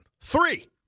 Three